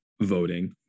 voting